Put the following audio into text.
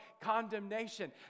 condemnation